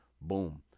Boom